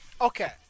Okay